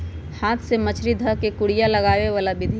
हाथ से मछरी ध कऽ कुरिया लगाबे बला विधि